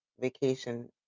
vacation